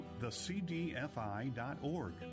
thecdfi.org